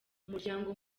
umuryango